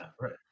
right